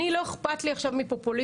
לא אכפת לי עכשיו מפופוליזם,